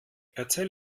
erzähl